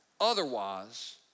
Otherwise